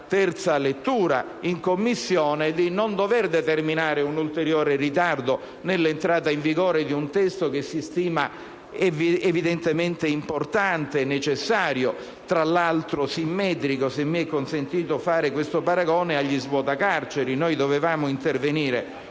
in terza lettura in Commissione, di non dover determinare un ulteriore ritardo nell'entrata in vigore di un testo che si stima evidentemente importante, necessario e tra l'altro simmetrico, se mi è consentito fare questo paragone, ai cosiddetti "svuota carceri". Noi dovevamo intervenire